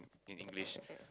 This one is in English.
in English